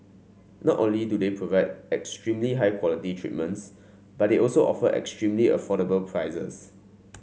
not only do they provide extremely high quality treatments but they also offer extremely affordable prices